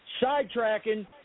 sidetracking